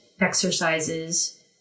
exercises